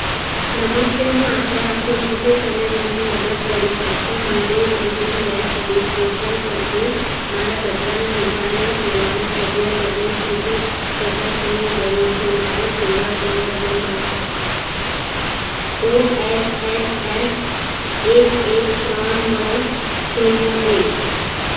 નમસ્તે હું આશા રાખું છું કે તમે મને મદદ કરી શકશો મારે સિટી વેસ્ટ ડીસપોઝલ સાથે મારા કચરાના નિકાલની સેવાના સભ્ય પદની સ્થિતિ ચકસવાની જરૂર છે મારો સેવા સંદર્ભ નંબર ઓ એચ એચ એફ એક એક ત્રણ નવ શૂન્ય એક